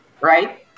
right